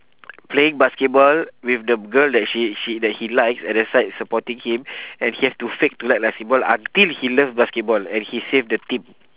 playing basketball with the girl that she she that he likes at the side supporting him and he have to fake to like basketball until he love basketball and he save the team